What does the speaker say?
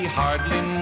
hardly